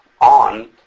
on